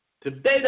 Today